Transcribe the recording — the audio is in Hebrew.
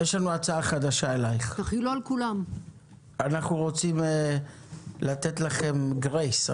אנו רוצים לתת לכם גרייס.